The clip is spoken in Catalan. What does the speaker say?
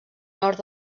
nord